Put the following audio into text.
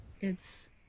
It's-